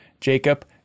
Jacob